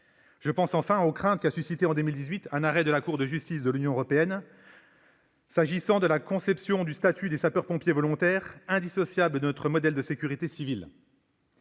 à l'esprit la crainte qu'a suscitée, en 2018, un arrêt de la Cour de justice de l'Union européenne s'agissant de la conception du statut de sapeur-pompier volontaire, indissociable de notre modèle de sécurité civile.